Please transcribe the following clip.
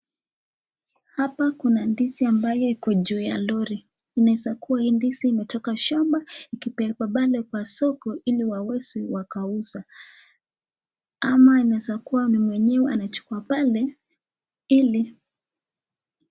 Hapa kuna ndizi ambayo iko juu ya lori, inaweza kuwa hii ndizi imetoka shamba ikipelekwa pale kwa soko ili waweze wakauza ama inaweza kuwa ni mwenyewe anachukua pale ili...